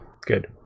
good